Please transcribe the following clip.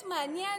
זה באמת מעניין,